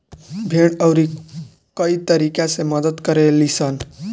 भेड़ अउरी कई तरीका से मदद करे लीसन